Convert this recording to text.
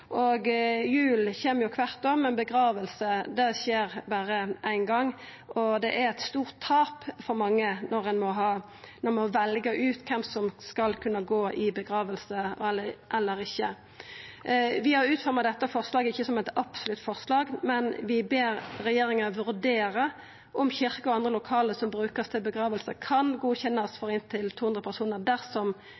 Jul kjem jo kvart år, men gravferder skjer berre éin gong. Det er eit stort tap for mange når ein må velja ut kven som skal kunna gå i gravferda og ikkje. Vi har ikkje utforma dette forslaget som eit absolutt forslag, men vi ber regjeringa vurdera om kyrkjer og andre lokale som vert brukte til gravferder, kan godkjennast